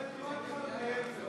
איפה איימן עודה?